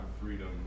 freedom